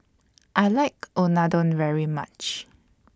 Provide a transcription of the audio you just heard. I like Unadon very much